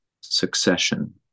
succession